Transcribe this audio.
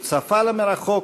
הוא צפה למרחוק,